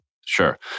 Sure